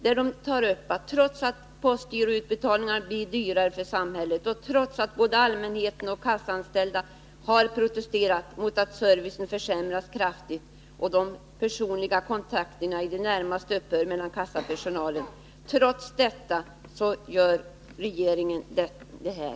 De tar där upp det förhållandet att regeringen gör så här trots att det blir dyrare för samhället med postgiroutbetalningar och trots att både allmänheten och de kassaanställda har protesterat mot att servicen för allmänheten kraftigt försämras och att de personliga kontakterna med kassapersonalen i det närmaste upphör.